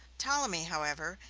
ptolemy, however,